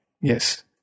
Yes